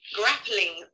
grappling